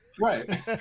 Right